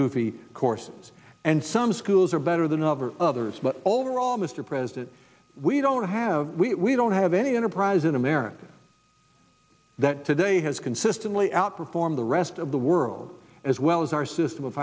goofy courses and some schools are better than other others but overall mr president we don't have we don't have any enterprise in america that today has consistently outperform the rest of the world as well as our system of